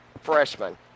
freshman